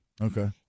Okay